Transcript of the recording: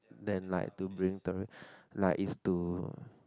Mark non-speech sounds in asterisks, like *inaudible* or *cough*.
then like to bring *noise* like is to